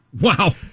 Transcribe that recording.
Wow